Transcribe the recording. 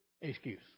Excuse